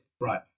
right